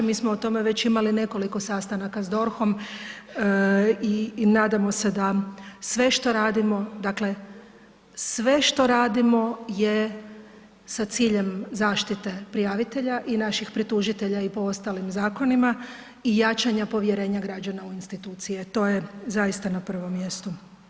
Mi smo o tome već imali nekoliko sastanaka s DORH-om i nadamo se da sve što radimo, dakle sve što radimo je sa ciljem zaštite prijavitelja i naših pretužitelja i po ostalim zakonima i jačanja povjerenja građana u institucije, to je zaista na prvom mjesto.